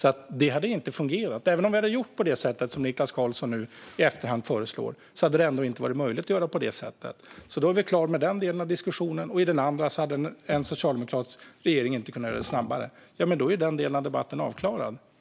Det hade alltså inte fungerat. Även om vi hade gjort på det sätt som Niklas Karlsson nu i efterhand föreslår hade det inte varit möjligt. Då är vi klara med den delen av diskussionen. I den andra delen sägs att en socialdemokratisk regering inte hade kunnat göra det snabbare. Jamen, då är ju den delen av debatten avklarad.